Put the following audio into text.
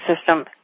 system